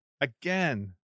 Again